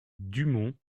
dumont